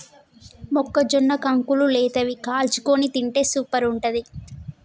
మొక్కజొన్న కంకులు లేతవి కాల్చుకొని తింటే సూపర్ ఉంటది